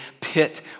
pit